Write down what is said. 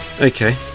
Okay